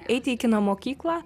eiti į kino mokyklą